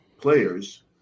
players